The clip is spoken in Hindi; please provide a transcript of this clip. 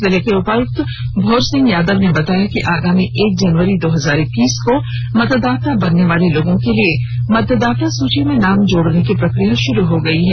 जिले के उपायुक्त भोर सिंह यादव ने बताया कि आगामी एक जनवरी दो हजार इक्कीस को मतदाता बनने वाले लोगों के लिए मतदाता सूची में नाम जोड़ने की प्रकिया शुरू हो गयी है